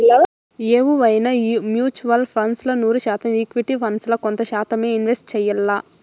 ఎవువైనా mutual funds ల నూరు శాతం ఈక్విటీ ఫండ్స్ ల కొంత శాతమ్మే ఇన్వెస్ట్ చెయ్యాల్ల